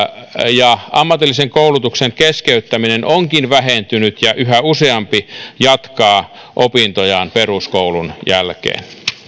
ammatillisen koulutuksen keskeyttäminen onkin vähentynyt ja yhä useampi jatkaa opintojaan peruskoulun jälkeen no